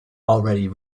already